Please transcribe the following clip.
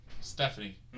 Stephanie